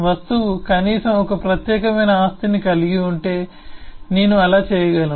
వస్తువు కనీసం ఒక ప్రత్యేకమైన ఆస్తిని కలిగి ఉంటే నేను అలా చేయగలను